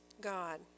God